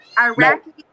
iraqi